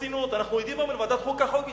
אנחנו יודעים, בוועדת החוקה, חוק ומשפט: